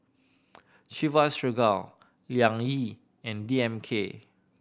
Chivas Regal Liang Yi and D M K